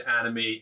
animate